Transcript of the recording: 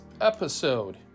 episode